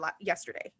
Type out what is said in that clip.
yesterday